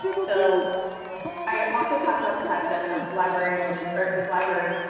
so i also talked about the fact that as librarians or as libraries,